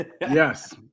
yes